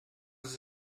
sie